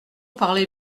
parlez